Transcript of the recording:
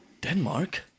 Denmark